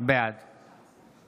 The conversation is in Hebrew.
בעד